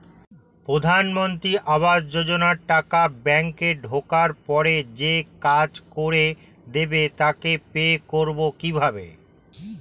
প্রধানমন্ত্রী আবাস যোজনার টাকা ব্যাংকে ঢোকার পরে যে কাজ করে দেবে তাকে পে করব কিভাবে?